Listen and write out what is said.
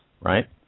right